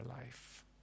life